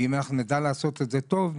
אם נדע לעשות את זה טוב,